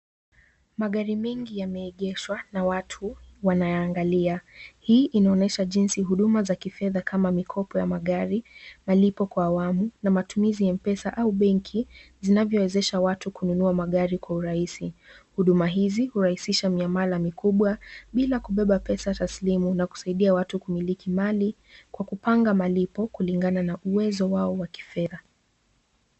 Magari mengi yameegeshwa na watu wanayaangalia. Hii inaonesha jinsi huduma za kifedha kama mikopo ya magari, malipo kwa awamu na matumizi ya mpesa au benki zinavyowezesha watu kununua magari kwa urahisi. Huduma hizi hurahisisha miamala mikubwa bila kubeba Pesa taslimu na kusaidia watu kumiliki mali kwa kupanga malipo kulingana na uwezo wao wa kifedha.